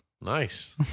Nice